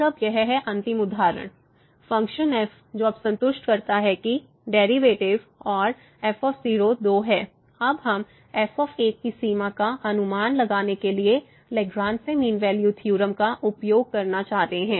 और अब यह है अंतिम उदाहरण फ़ंक्शन f जो अब संतुष्ट करता है कि डेरिवैटिव 15 x2 और f 2 अब हम f की सीमा का अनुमान लगाने के लिए लैग्रेंज मीन वैल्यू थ्योरम का उपयोग करना चाहते हैं